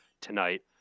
tonight